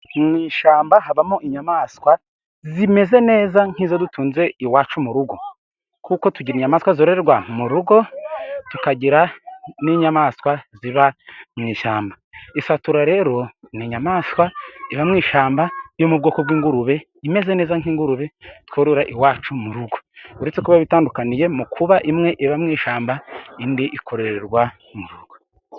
Mu ishyamba habamo inyamaswa zimeze neza nk'izo dutunze iwacu mu rugo. Kuko tugira inyamaswa zororerwa mu rugo, tukagira n'inyamaswa ziba mu ishyamba. Isatura rero ni inyamaswa iba mu ishyamba yo mu bwoko bw'ingurube imeze neza nk'ingurube tworora iwacu mu rugo, uretse kuba bitandukaniye mu kuba imwe iba mu ishyamba, indi ikororerwa mu rugo.